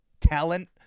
talent